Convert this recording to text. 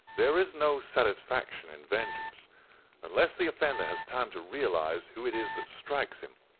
there is no satisfaction in vengeance unless the offender has time to realize who it is that strikes him,